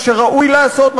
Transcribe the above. מה שראוי לעשות,